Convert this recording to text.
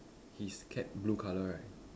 his cap blue colour right